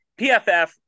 PFF